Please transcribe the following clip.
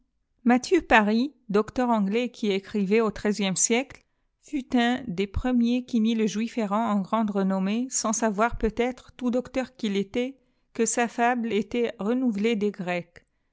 matthieu pris docteur anglais qui écrivait au treizième siècle fut un des premiers qui mit le juif errant en grande renomrmée sans savoir peut-être tout docteur qu'il était que sa fable était renouvelée des grecs